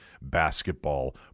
basketball